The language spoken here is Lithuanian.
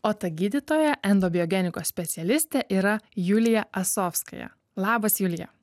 o ta gydytoja endobiogenikos specialistė yra julija asovskaja labas julija